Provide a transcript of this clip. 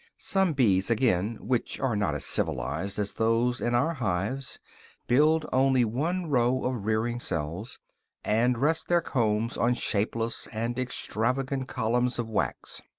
some bees again which are not as civilized as those in our hives build only one row of rearing-cells and rest their combs on shapeless and extravagant columns of wax.